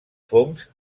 fongs